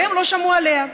והם לא שמעו עליה,